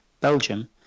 Belgium